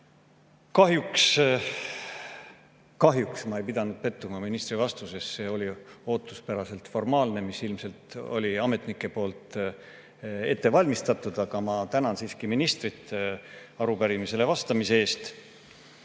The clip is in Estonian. liikmed! Kahjuks ma ei pidanud pettuma ministri vastuses. See oli ootuspäraselt formaalne, mis ilmselt oli ametnike poolt ette valmistatud. Aga ma tänan siiski ministrit arupärimisele vastamise eest. Ei